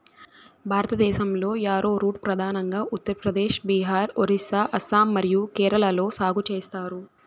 భారతదేశంలో, యారోరూట్ ప్రధానంగా ఉత్తర ప్రదేశ్, బీహార్, ఒరిస్సా, అస్సాం మరియు కేరళలో సాగు చేస్తారు